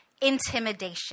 intimidation